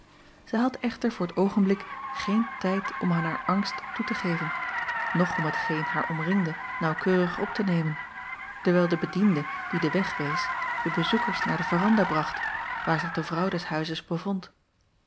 zij had echter voor t oogenblik geen tijd om aan haar angst toe te geven noch om hetgeen haar omringde naauwkeurig op te nemen dewijl de bediende die den weg wees de bezoekers naar de veranda bracht waar zich de vrouw des huizes